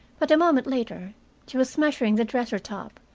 but a moment later she was measuring the dresser-top,